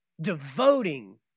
devoting